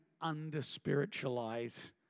under-spiritualize